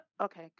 Okay